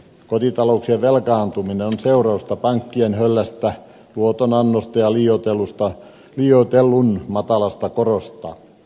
kotitalouksien velkaantuminen on seurausta pankkien höllästä luotonannosta ja liioitellun matalasta korosta